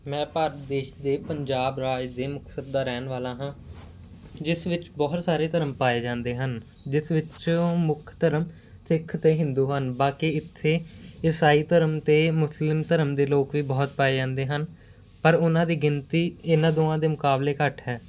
ਮੈਂ ਭਾਰਤ ਦੇਸ਼ ਦੇ ਪੰਜਾਬ ਰਾਜ ਦੇ ਮੁਕਤਸਰ ਦਾ ਰਹਿਣ ਵਾਲਾ ਹਾਂ ਜਿਸ ਵਿੱਚ ਬਹੁਤ ਸਾਰੇ ਧਰਮ ਪਾਏ ਜਾਂਦੇ ਹਨ ਜਿਸ ਵਿੱਚੋਂ ਮੁੱਖ ਧਰਮ ਸਿੱਖ ਅਤੇ ਹਿੰਦੂ ਹਨ ਬਾਕੀ ਇੱਥੇ ਇਸਾਈ ਧਰਮ ਅਤੇ ਮੁਸਲਿਮ ਧਰਮ ਦੇ ਲੋਕ ਵੀ ਬਹੁਤ ਪਾਏ ਜਾਂਦੇ ਹਨ ਪਰ ਉਹਨਾਂ ਦੀ ਗਿਣਤੀ ਇਹਨਾਂ ਦੋਵਾਂ ਦੇ ਮੁਕਾਬਲੇ ਘੱਟ ਹੈ